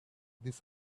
this